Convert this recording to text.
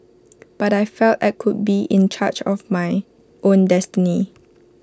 but I felt I could be in charge of my own destiny